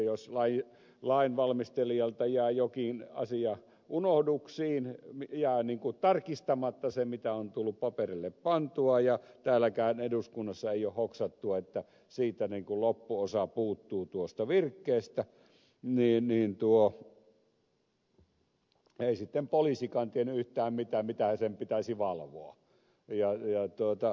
jos lainvalmistelijalta jää jokin asia unohduksiin jää tarkistamatta se mitä on tullut paperille pantua ja täällä eduskunnassakaan ei ole hoksattu että loppuosa puuttuu tuosta virkkeestä niin ei sitten poliisikaan tiennyt yhtään mitään mitähän sen pitäisi valvoa